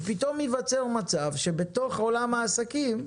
ופתאום ייווצר מצב שבתוך עולם העסקים,